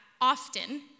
often